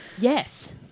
yes